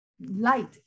light